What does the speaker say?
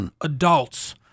adults